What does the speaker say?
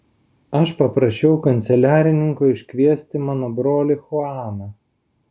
aš paprašiau kanceliarininko iškviesti mano brolį chuaną